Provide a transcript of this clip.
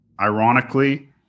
ironically